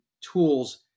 tools